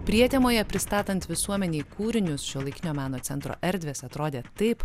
prietemoje pristatant visuomenei kūrinius šiuolaikinio meno centro erdvės atrodė taip